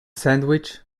sandwich